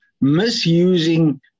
misusing